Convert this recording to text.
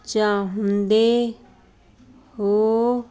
ਚਾਹੁੰਦੇ ਹੋ